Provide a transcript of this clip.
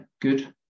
good